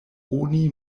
oni